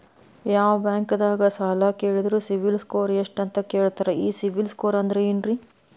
ಯಾವ ಬ್ಯಾಂಕ್ ದಾಗ ಸಾಲ ಕೇಳಿದರು ಸಿಬಿಲ್ ಸ್ಕೋರ್ ಎಷ್ಟು ಅಂತ ಕೇಳತಾರ, ಈ ಸಿಬಿಲ್ ಸ್ಕೋರ್ ಅಂದ್ರೆ ಏನ್ರಿ?